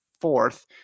fourth